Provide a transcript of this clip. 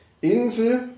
Insel